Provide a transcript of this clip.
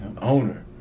owner